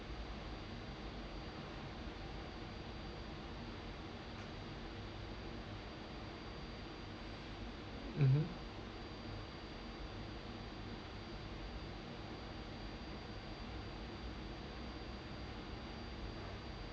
mmhmm